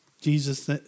Jesus